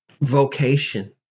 vocation